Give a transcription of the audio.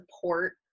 support